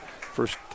First